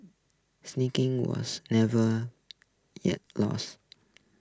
sneaking was never yet lost